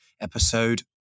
episode